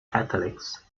catholics